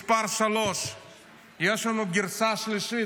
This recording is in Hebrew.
מס' 3. יש לנו גרסה שלישית,